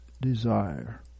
desire